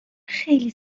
خیلی